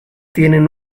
tienen